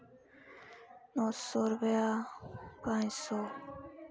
नौ सौ रपेया पंज सौ